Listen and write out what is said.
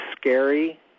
scary